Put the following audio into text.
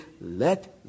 Let